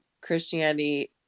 Christianity